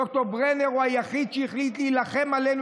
ד"ר ברנר הוא היחיד שהחליט להילחם עלינו